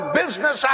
business